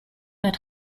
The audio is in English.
that